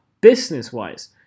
business-wise